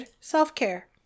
self-care